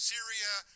Syria